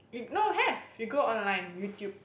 if no have you go online YouTube